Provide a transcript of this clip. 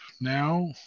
now